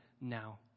now